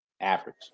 average